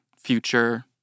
future